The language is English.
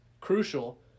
crucial